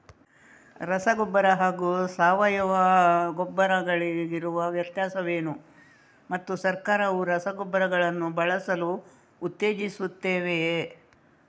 ರಸಗೊಬ್ಬರ ಹಾಗೂ ಸಾವಯವ ಗೊಬ್ಬರ ಗಳಿಗಿರುವ ವ್ಯತ್ಯಾಸವೇನು ಮತ್ತು ಸರ್ಕಾರವು ರಸಗೊಬ್ಬರಗಳನ್ನು ಬಳಸಲು ಉತ್ತೇಜಿಸುತ್ತೆವೆಯೇ?